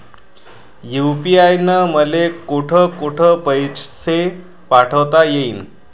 UPI न मले कोठ कोठ पैसे पाठवता येईन?